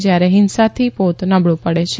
જયારે હીંસાથી પોત નબળું પડે છે